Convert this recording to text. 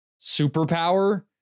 superpower